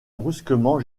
brusquement